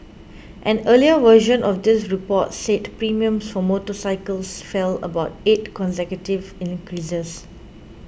an earlier version of this report said premiums for motorcycles fell about eight consecutive increases